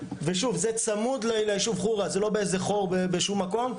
ושוב זה צמוד לישוב חורה זה לא באיזה חור בשום מקום,